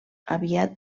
aviat